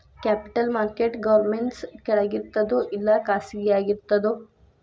Capital market government ಕೆಳಗಿರ್ತದೋ ಇಲ್ಲಾ ಖಾಸಗಿಯಾಗಿ ಇರ್ತದೋ?